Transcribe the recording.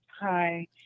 Hi